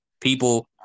people